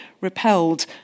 repelled